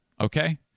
Okay